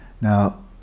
Now